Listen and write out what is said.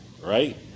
right